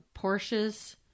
Porsches